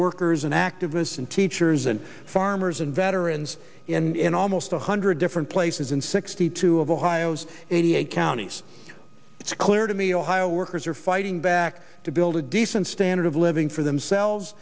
workers and activists and teachers and farmers and veterans in almost a hundred different places in sixty two of ohio's eighty eight counties it's clear to me ohio workers are fighting back to build a decent standard of living for themselves